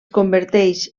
converteix